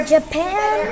Japan